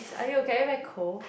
are you okay are you very cold